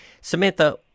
Samantha